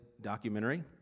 documentary